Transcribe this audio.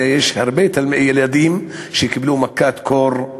הרי יש הרבה ילדים שקיבלו מכת קור,